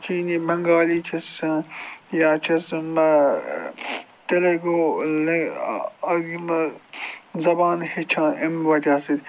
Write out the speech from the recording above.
چیٖنی بنگالی چھِ أسۍ وٕچھان یا چھِ أسۍ تِلٕگو یِمہٕ زبانہٕ ہیٚچھان اَمہِ وجہ سۭتۍ